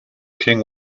king